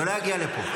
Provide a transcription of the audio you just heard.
לא להגיע לפה.